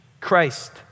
Christ